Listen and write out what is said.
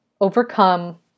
overcome